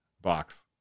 box